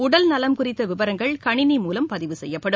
உடல்நலம் குறித்த விவரங்கள் கணினி மூலம் பதிவு செய்யப்படும்